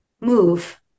move